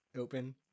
open